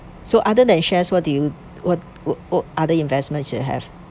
so other than shares what do you what what other investment you have